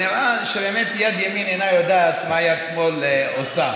ונראה שבאמת יד ימין אינה יודעת מה יד שמאל עושה,